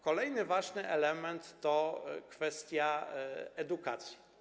Kolejny ważny element to kwestia edukacji.